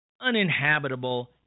uninhabitable